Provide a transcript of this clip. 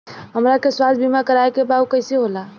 हमरा के स्वास्थ्य बीमा कराए के बा उ कईसे होला?